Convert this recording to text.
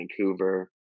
Vancouver